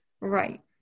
Right